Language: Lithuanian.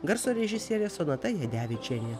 garso režisierė sonata jadevičienė